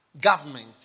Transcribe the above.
government